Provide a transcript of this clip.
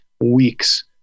weeks